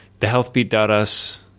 thehealthbeat.us